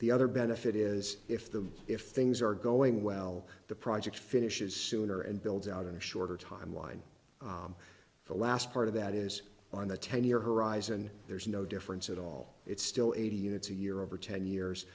the other benefit is if the if things are going well the project finishes sooner and builds out in a shorter timeline the last part of that is on the ten year horizon there's no difference at all it's still eighty units a year over ten years